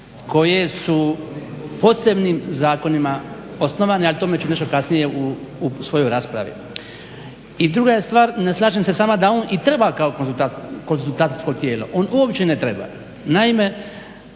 koje su posebnim zakonima osnovane a o tome ću nešto kasnije u svojoj raspravi. I druga je stvar ne slažem se s vama da on i treba kao konzultantsko tijelo. On uopće ne treba.